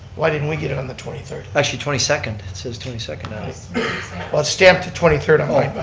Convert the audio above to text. why didn't we get it on the twenty third? actually twenty second, it says twenty second on it. well it's stamped the twenty third on mine, but